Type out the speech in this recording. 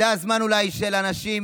זה הזמן של אנשים,